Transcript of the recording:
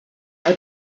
are